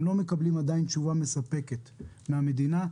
הם לא מקבלים עדיין תשובה מספקת מן המדינה.